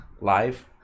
Live